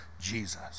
Jesus